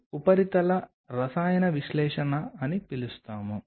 ఉపరితల రసాయన విశ్లేషణ చేయడం ఎల్లప్పుడూ మంచిది